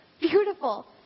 Beautiful